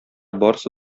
барысы